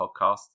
podcast